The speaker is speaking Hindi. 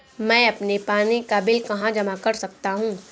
मैं अपने पानी का बिल कहाँ जमा कर सकता हूँ?